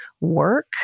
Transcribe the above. Work